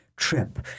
trip